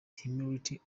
humility